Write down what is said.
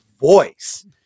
voice